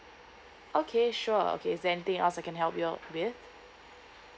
okay sure okay is there anything else I can help you with